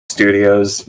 Studios